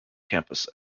campus